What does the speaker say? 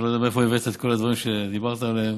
אני לא יודע מאיפה הבאת את כל הדברים שדיברת עליהם.